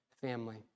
family